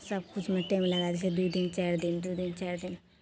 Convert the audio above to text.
सबकिछुमे टाइम लगैके दुइ दिन चारि दिन दुइ दिन चारि दिन